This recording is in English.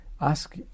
Ask